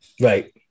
Right